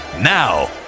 Now